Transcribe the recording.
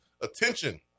attention